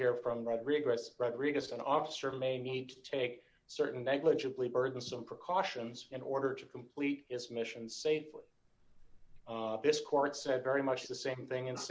here from retrogress rodriguez and officer may need to take certain negligibly burdensome precautions in order to complete its mission safely d this court said very much the same thing